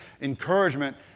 Encouragement